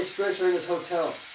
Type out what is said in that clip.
is serious. we'll tell